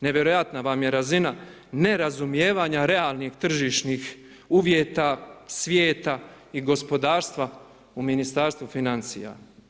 Nevjerojatna vam je razina ne razumijevanja realnih tržišnih uvjeta, svijeta i gospodarstva u Ministarstvu financija.